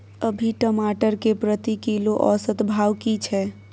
अभी टमाटर के प्रति किलो औसत भाव की छै?